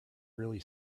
really